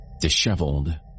Disheveled